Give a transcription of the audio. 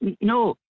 No